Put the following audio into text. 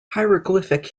hieroglyphic